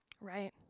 right